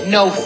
no